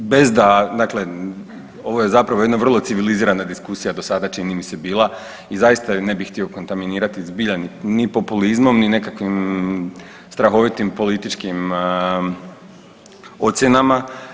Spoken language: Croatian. Bez da dakle ovo je zapravo jedna vrlo civilizirana diskusija do sada čini mi se bila i zaista ju ne bih htio kontaminirati zbilja ni populizmom ni nekakvim strahovitim političkim ocjenama.